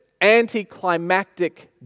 anticlimactic